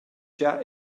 gia